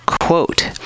quote